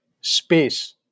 space